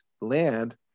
land